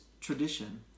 tradition